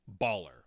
baller